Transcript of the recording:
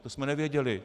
To jsme nevěděli.